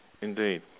indeed